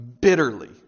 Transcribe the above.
bitterly